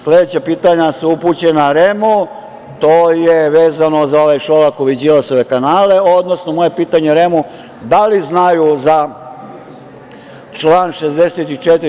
Sledeća pitanja su upućena REM-u, to je vezano za ove Šolakove i Đilasove kanale, odnosno moje pitanje REM-u – Da li znaju za član 64.